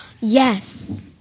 Yes